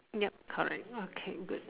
ya correct okay good